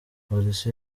polisi